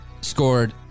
scored